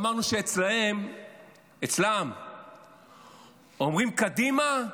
אמרנו שאצלם אומרים: קדימה,